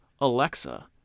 Alexa